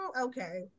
okay